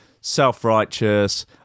self-righteous